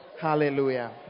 Hallelujah